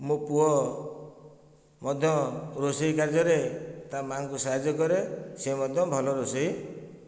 ମୋ ପୁଅ ମଧ୍ୟ ରୋଷେଇ କାର୍ଯ୍ୟରେ ତା ମା'ଙ୍କୁ ସାହାଯ୍ୟ କରେ ସେ ମଧ୍ୟ ଭଲ ରୋଷେଇ